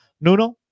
Nuno